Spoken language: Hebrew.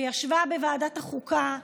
וישבה בוועדת החוקה,